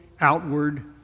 outward